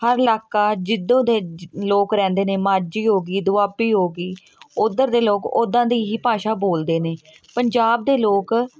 ਹਰ ਇਲਾਕਾ ਜਿਦੋ ਦੇ ਲੋਕ ਰਹਿੰਦੇ ਨੇ ਮਾਝੀ ਹੋ ਗਈ ਦੁਆਬੀ ਹੋ ਗਈ ਉੱਧਰ ਦੇ ਲੋਕ ਉੱਦਾਂ ਦੀ ਹੀ ਭਾਸ਼ਾ ਬੋਲਦੇ ਨੇ ਪੰਜਾਬ ਦੇ ਲੋਕ